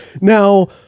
Now